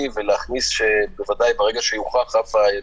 ולהכניס שברגע שיוכח רף ראייתי,